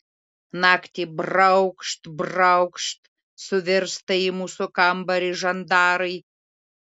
naktį braukšt braukšt suvirsta į mūsų kambarį žandarai